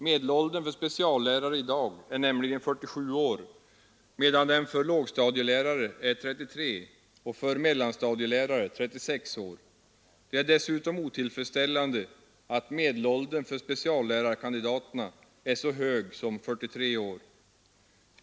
Medelåldern för speciallärare i dag är nämligen 47 år medan den för lågstadielärare är 33 och för mellanstadielärare 36 år. Det är dessutom otillfredsställande att medelåldern för speciallärarkandidaterna är så hög som 43 år.